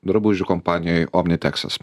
drabužių kompanijoj omniteksas